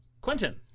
Quentin